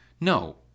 no